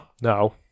no